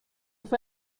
fue